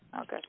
Okay